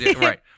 right